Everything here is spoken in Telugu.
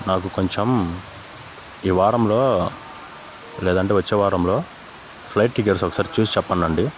నాకు కొంచెం ఈ వారంలో లేదంటే వచ్చే వారంలో ఫ్లైట్ టికెట్స్ ఒకసారి చూసి చెప్పండి